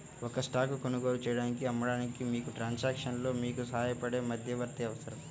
ఒక స్టాక్ కొనుగోలు చేయడానికి, అమ్మడానికి, మీకు ట్రాన్సాక్షన్లో మీకు సహాయపడే మధ్యవర్తి అవసరం